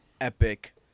epic